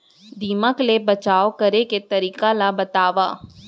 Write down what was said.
दीमक ले बचाव करे के तरीका ला बतावव?